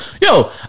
Yo